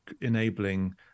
enabling